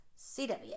CW